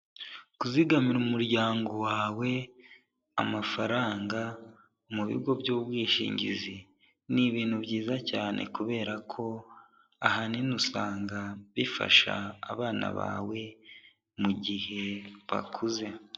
Kuzigamira umuryango wawe amafaranga mu bigo by'ubwishingizi, ni ibintu byiza cyane kubera ko ahanini usanga bifasha abana bawe mu gihe bakuze.